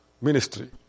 ministry